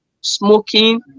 smoking